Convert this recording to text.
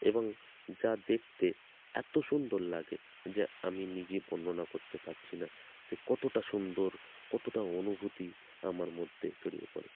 এবং যা দেখতে এতো সুন্দর লাগে যে আমি নিজে বর্ণনা করতে পারছি না যে কতোটা সুন্দর কতোটা অনুভূতি আমার মধ্যে ছড়িয়ে পড়ে